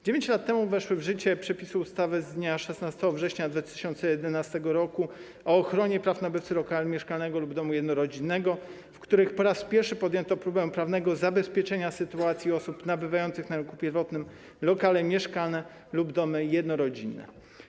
9 lat temu weszły w życie przepisy ustawy z dnia 16 września 2011 r. o ochronie praw nabywcy lokalu mieszkalnego lub domu jednorodzinnego, w których po raz pierwszy podjęto próbę prawnego zabezpieczenia sytuacji osób nabywających na rynku pierwotnym lokale mieszkalne lub domy jednorodzinne.